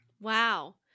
Wow